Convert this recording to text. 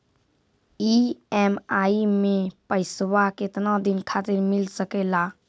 EMI मैं पैसवा केतना दिन खातिर मिल सके ला?